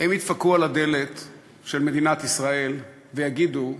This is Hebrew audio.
הם ידפקו על הדלת של מדינת ישראל ויגידו: